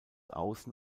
außen